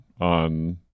on